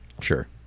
sure